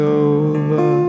over